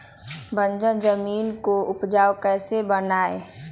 बंजर जमीन को उपजाऊ कैसे बनाय?